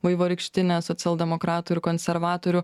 vaivorykštinę socialdemokratų ir konservatorių